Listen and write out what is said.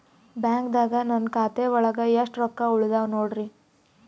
ಬ್ಯಾಂಕ್ದಾಗ ನನ್ ಖಾತೆ ಒಳಗೆ ಎಷ್ಟ್ ರೊಕ್ಕ ಉಳದಾವ ನೋಡ್ರಿ?